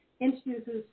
introduces